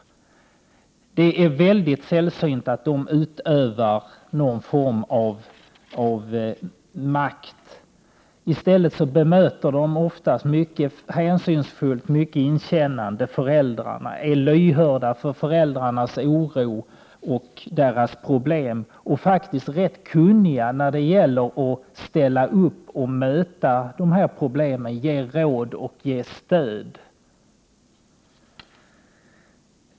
Det är väldigt sällsynt att dessa människor utövar någon form av makt. I stället bemöter de ofta föräldrarna mycket hänsynsfullt och är lyhörda för föräldrarnas oro och problem. De är också rätt kunniga när det gäller att ställa upp och bemöta dessa problem och ge råd och stöd.